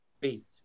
beat